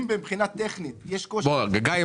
אם מבחינה טכנית יש קושי --- גיא,